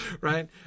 right